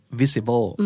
visible